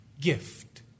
gift